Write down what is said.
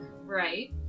Right